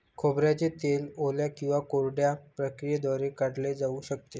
खोबऱ्याचे तेल ओल्या किंवा कोरड्या प्रक्रियेद्वारे काढले जाऊ शकते